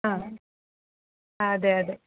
ആ ആ അതെയതെ